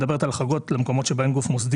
מדברת על החרגות למקומות שבהם גוף מוסדי